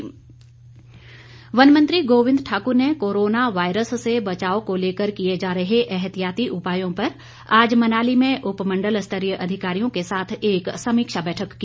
गोविंद ठाकुर वन मंत्री गोविंद ठाकुर ने कोरोना वायरस से बचाव को लेकर किए जा रहे एहतियाती उपायों पर आज मनाली में उपमंडल स्तरीय अधिकारियों के साथ एक समीक्षा बैठक की